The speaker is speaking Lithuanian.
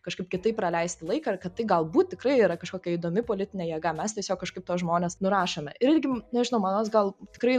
kažkaip kitaip praleisti laiką ir kad tai galbūt tikrai yra kažkokia įdomi politinė jėga mes tiesiog kažkaip tuos žmones nurašome ir irgi nežinau manrods gal tikrai